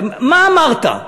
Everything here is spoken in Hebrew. מה אמרת?